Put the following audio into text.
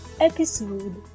Episode